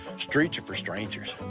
streets are for strangers.